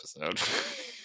episode